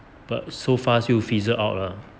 but so fast 又 fizzle out liao